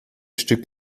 stück